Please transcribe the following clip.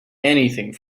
anything